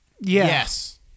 Yes